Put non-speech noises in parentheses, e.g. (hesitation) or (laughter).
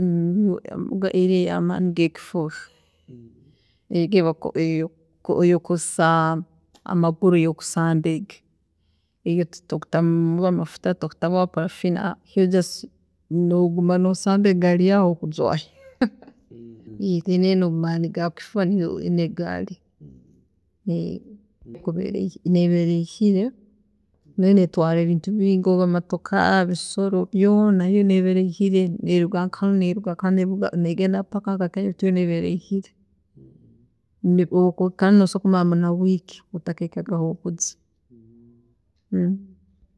(hesitation) egi eyamaani gekifuba, egi- egi eyi okozesa amaguru eyokusamba egi, iyo titukuteekamu mafuta, titukuteekamu oba parafini, iyo just noguma nosamba egaari yaawe ahokujwaahira. (laughs) niyo maani gaakifuba niyo egaari, (hesitation) neeba eraihire, nayo netwaara ebintu bingi oba motoka, bisolo byoona, iyo neeba eraihire neruga nkahanu negenda mpaka kurinya, iyo neeba eraihire kandi nosobola kumara nobwiire otakahikaga nambere orikujya. (hesitation)